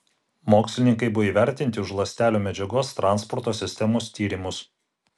mokslininkai buvo įvertinti už ląstelių medžiagos transporto sistemos tyrimus